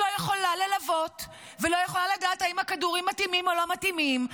שלא יכולה ללוות ולא יכולה לדעת אם הכדורים מתאימים או לא מתאימים.